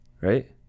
Right